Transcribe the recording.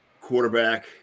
quarterback